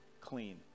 Clean